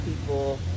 people